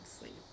sleep